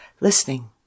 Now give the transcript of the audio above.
listening